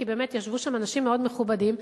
כי באמת ישבו שם אנשים מאוד מכובדים,